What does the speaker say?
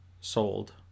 sold